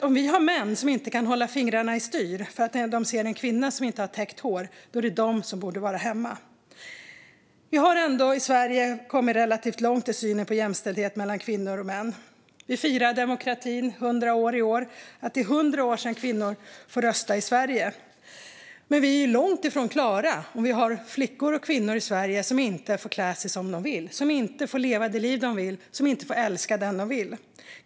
Om män inte kan hålla fingrarna i styr för att de ser en kvinna som inte har täckt hår är det de som borde vara hemma. Vi har i Sverige kommit relativt långt i synen på jämställdhet mellan kvinnor och män. Vi firar demokratins 100-årsjubileum i år, alltså att det är 100 år sedan kvinnor fick rösträtt i Sverige. Men vi är långt ifrån klara, och vi har flickor och kvinnor i Sverige som inte får klä sig som de vill, som inte får leva det liv de vill och som inte får älska den de vill.